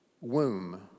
womb